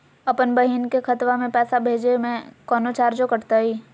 अपन बहिन के खतवा में पैसा भेजे में कौनो चार्जो कटतई?